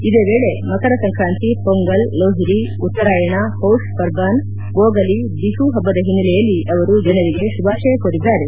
ಇದೇ ವೇಳೆ ಮಕರ ಸಂಕ್ರಾಂತಿ ಪೊಂಗಲ್ ಲೋಹಿರಿ ಉತ್ತರಾಯಣ ಪೌಷ ಪರ್ಬಾನ್ ಬೋಗಲಿ ಬಿಹು ಹಬ್ಬದ ಹಿನ್ನೆಲೆಯಲ್ಲಿ ಅವರು ಜನರಿಗೆ ಶುಭಾಷಯ ಕೋರಿದ್ದಾರೆ